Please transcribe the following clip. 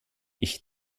ich